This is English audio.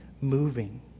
moving